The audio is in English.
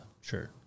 sure